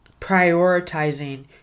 prioritizing